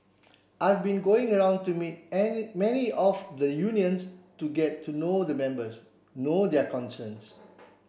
I've been going around to meet many of the unions to get to know the members know their concerns